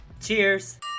Cheers